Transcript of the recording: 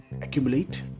accumulate